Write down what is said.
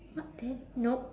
what ta~ nope